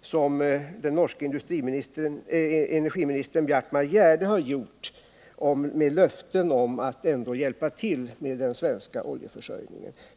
som den norske energiministern Bjertmar Gjerde har gjort med löften om att ändå hjälpa till med den svenska oljeförsörjningen.